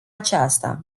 aceasta